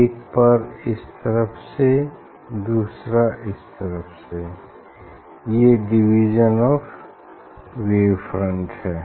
एक पर इस तरफ से दूसरा इस तरफ से ये डिवीज़न ऑफ़ वेव फ्रंट हैं